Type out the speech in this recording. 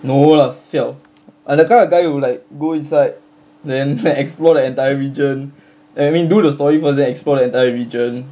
no lah siao I'm the kind of guy who like go inside then explore the entire region I mean do the story first then explore the entire region